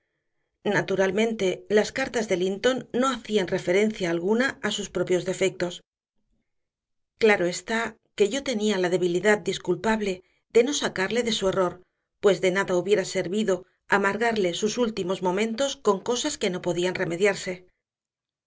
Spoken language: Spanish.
naturalmente las cartas de linton no hacían referencia alguna a sus propios defectos claro está que yo tenía la debilidad disculpable de no sacarle de su error pues de nada hubiera servido amargarle sus últimos momentos con cosas que no podían remediarse